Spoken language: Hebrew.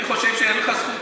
אני חושב שאין לך זכות.